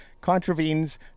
contravenes